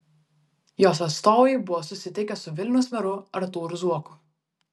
jos atstovai buvo susitikę su vilniaus meru artūru zuoku